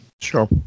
Sure